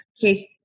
case